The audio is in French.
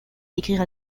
écrire